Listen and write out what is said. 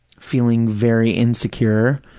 feeling very insecure,